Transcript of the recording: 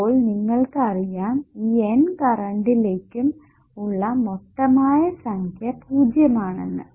ഇപ്പോൾ നിങ്ങൾക്ക് അറിയാം ഈ N കറണ്ടിലേക്കും ഉള്ള മൊത്തമായ സംഖ്യ 0 ആണെന്ന്